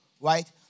right